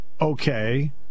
okay